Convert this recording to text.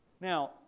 Now